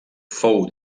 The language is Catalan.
fou